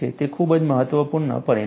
તે ખૂબ જ મહત્વપૂર્ણ પરિણામ છે